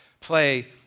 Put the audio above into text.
play